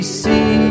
see